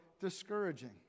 discouraging